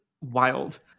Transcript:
wild